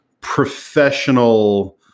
professional